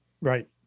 Right